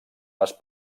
les